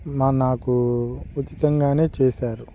మా నాకు ఉచితంగానే చేశారు